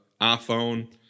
iphone